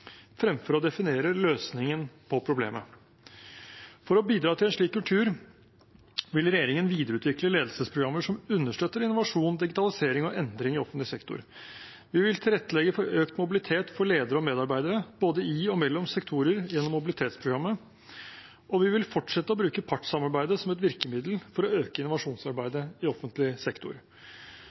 fremfor å definere løsningen på problemet. For å bidra til en slik kultur vil regjeringen videreutvikle ledelsesprogrammer som understøtter innovasjon, digitalisering og endring i offentlig sektor. Vi vil tilrettelegge for økt mobilitet for ledere og medarbeidere både i og mellom sektorer gjennom mobilitetsprogrammet, og vi vil fortsette å bruke partssamarbeidet som et virkemiddel for å øke innovasjonsarbeidet i offentlig sektor.